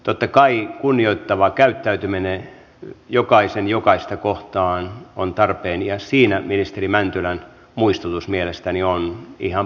totta kai jokaisen kunnioittava käyttäytyminen jokaista kohtaan on tarpeen ja siinä ministeri mäntylän muistutus mielestäni on ihan paikallaan